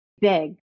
big